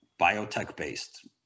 biotech-based